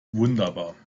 wunderbar